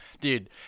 dude